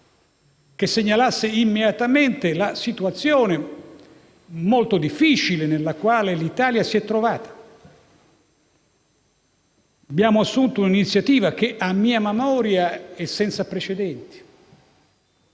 che segnalasse immediatamente la situazione molto difficile nella quale l'Italia si è trovata. Abbiamo assunto un'iniziativa che - a mia memoria - è senza precedenti.